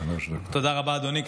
תודה רבה, אדוני.